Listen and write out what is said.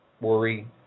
worry